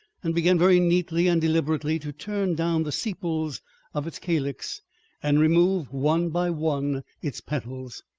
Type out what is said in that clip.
and began very neatly and deliberately to turn down the sepals of its calyx and remove, one by one, its petals.